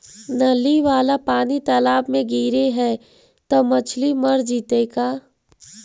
नली वाला पानी तालाव मे गिरे है त मछली मर जितै का?